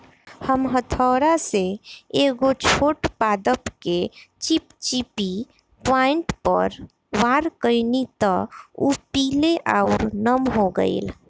हम हथौड़ा से एगो छोट पादप के चिपचिपी पॉइंट पर वार कैनी त उ पीले आउर नम हो गईल